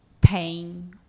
pain